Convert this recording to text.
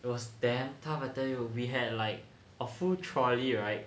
it was damn tough I tell you we had like a full trolley right